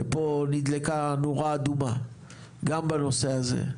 שפה נדלקה נורה אדומה גם בנושא הזה.